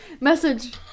Message